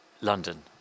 london